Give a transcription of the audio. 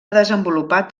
desenvolupat